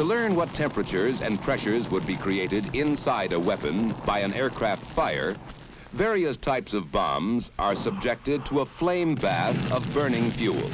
to learn what temperatures and pressures would be created inside a weapon by an aircraft fire various types of bombs are subjected to a flame that of burning fuel